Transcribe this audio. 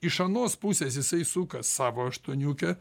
iš anos pusės jisai suka savo aštuoniukę